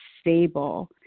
stable